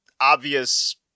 obvious